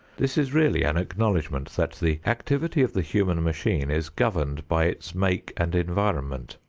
this is really an acknowledgment that the activity of the human machine is governed by its make and environment.